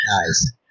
Nice